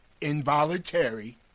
involuntary